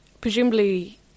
presumably